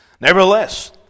Nevertheless